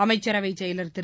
அமைச்சரவை செயலர் திரு